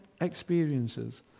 experiences